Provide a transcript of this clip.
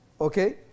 Okay